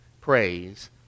praise